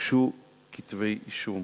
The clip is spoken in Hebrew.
הוגשו כתבי-אישום.